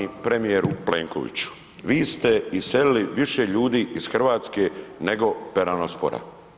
Slavni premijeru Plenkoviću, vi ste iselili više ljudi iz Hrvatske nego peranospora.